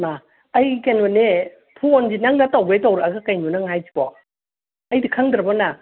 ꯏꯃꯥ ꯑꯩ ꯀꯩꯅꯣꯅꯦ ꯐꯣꯟꯁꯤ ꯅꯪꯅ ꯇꯧꯒꯦ ꯇꯧꯔꯛꯑꯒ ꯀꯩꯅꯣ ꯅꯪ ꯍꯥꯏꯁꯤꯕꯣ ꯑꯩꯗꯤ ꯈꯪꯗ꯭ꯔꯥꯕꯣ ꯅꯪ